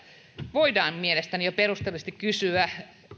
voidaan mielestäni jo perustellusti kysyä